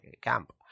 camp